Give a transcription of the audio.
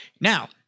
Now-